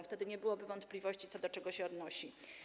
Wtedy nie byłoby wątpliwości, co do czego się odnosi.